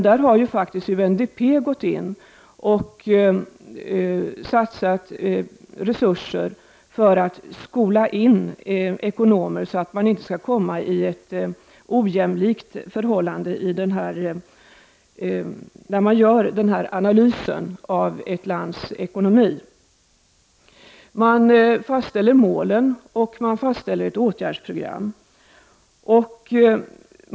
Där har UNDP gått in och satsat resurser för att skola in ekonomer så att inte förhållandet skall bli ojämlikt när man gör denna analys av ett lands ekonomi. Man fastställer målet och ett åtgärdsprogram.